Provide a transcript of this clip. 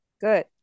good